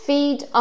Feed